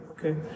Okay